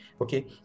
okay